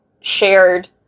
shared